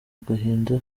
agahinda